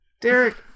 Derek